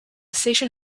station